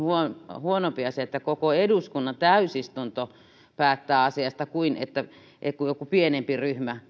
huonompi asia että koko eduskunnan täysistunto päättää asiasta kuin se että joku pienempi ryhmä